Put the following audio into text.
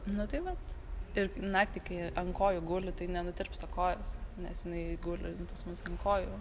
nu tai vat ir naktį kai ant kojų guli tai nenutirpsta kojos nes jinai guli pas mus ant kojų